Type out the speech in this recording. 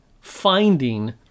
finding